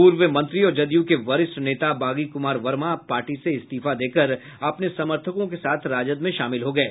पूर्व मंत्री और जदयू के वरिष्ठ नेता बागी कुमार वर्मा पार्टी से इस्तीफा देकर अपने समर्थकों के साथ राजद में शामिल हो गये